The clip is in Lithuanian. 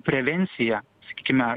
prevencija sakykime